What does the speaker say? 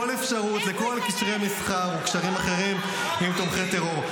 אפשרות לכל קשרי מסחר או קשרים אחרים עם תומכי טרור.